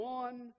one